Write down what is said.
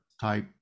type